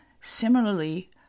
Similarly